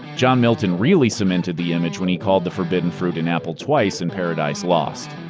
john milton really cemented the image when he called the forbidden fruit an apple twice in paradise lost.